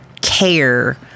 care